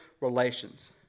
relations